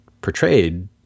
portrayed